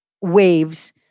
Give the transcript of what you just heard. waves